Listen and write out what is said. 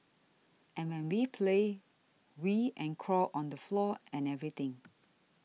and when we play we and crawl on the floor and everything